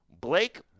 Blake